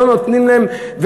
ולא נותנים להם,